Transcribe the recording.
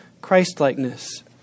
Christlikeness